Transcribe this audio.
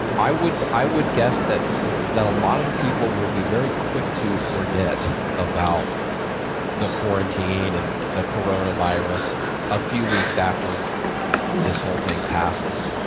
i would i would guess that that a lot of people will be very quick to forget about the quarantine and the coronavirus a few weeks after this whole thing passes.